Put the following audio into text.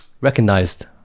recognized